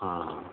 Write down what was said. हँ हँ